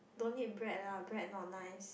don't eat bread lah bread not nice